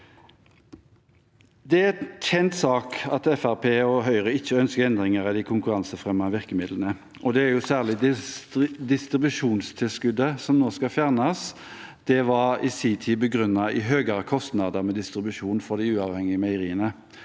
Det er en kjent sak at Fremskrittspartiet og Høyre ikke ønsker endringer i de konkurransefremmende virkemidlene, og det er jo særlig distribusjonstilskuddet som nå skal fjernes. Det var i sin tid begrunnet i høyere kostnader med distribusjon for de uavhengige meieriene.